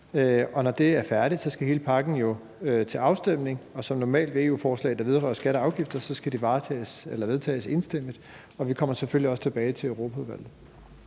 og når de er færdige, skal hele pakken jo til afstemning, og som normalt ved EU-forslag, der vedrører skatter og afgifter, så skal de vedtages enstemmigt. Og vi kommer selvfølgelig også tilbage til Europaudvalget